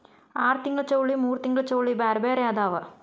ಆರತಿಂಗ್ಳ ಚೌಳಿ ಮೂರತಿಂಗ್ಳ ಚೌಳಿ ಬ್ಯಾರೆ ಬ್ಯಾರೆ ಅದಾವ